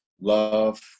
love